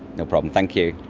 no problem, thank you.